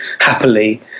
happily